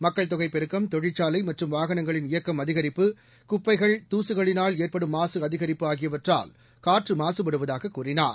மக்கள் தொகை பெருக்கம் தொழிற்சாலை மற்றும் வாகனங்களின் இயக்கம் அதிகரிப்பு குப்பைகள் துசுகளினால் ஏற்படும் மாசு அதிகரிப்பு ஆகியவற்றால் காற்று மாசுபடுவதாக கூறினார்